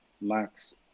max